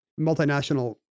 multinational